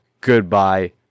Goodbye